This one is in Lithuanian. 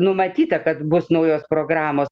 numatyta kad bus naujos programos